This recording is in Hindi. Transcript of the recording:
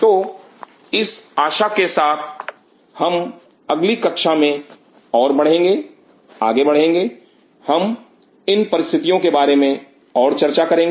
तो इस आशा के साथ हम अगली कक्षा में और आगे बढ़ेंगे हम इन परिस्थितियों के बारे में और चर्चा करेंगे